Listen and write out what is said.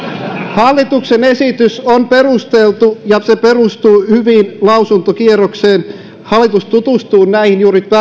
hallituksen esitys on perusteltu ja se perustuu hyvin lausuntokierrokseen hallitus tutustuu näihin juuri